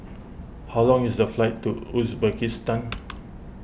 how long is the flight to Uzbekistan